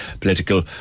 political